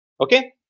Okay